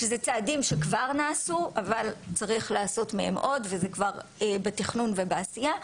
שזה צעדים שכבר נעשו אבל צריך לעשות מהם עוד וזה כבר בתכנון ובעשייה,